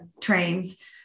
trains